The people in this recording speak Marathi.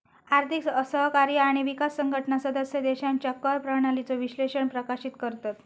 आर्थिक सहकार्य आणि विकास संघटना सदस्य देशांच्या कर प्रणालीचो विश्लेषण प्रकाशित करतत